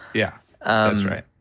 yeah. ah that's right.